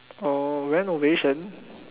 oh renovation